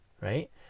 Right